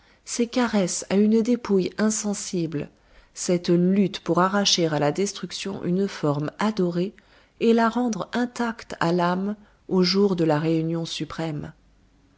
ces caresses à une dépouille insensible cette lutte pour arracher à la destruction une forme adorée et la rendre intacte à l'âme au jour de la réunion suprême